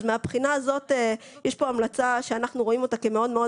אז מבחינה זאת יש פה המלצה שאנחנו רואים אותה כמאוד מאוד